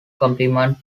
complement